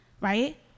right